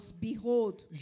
behold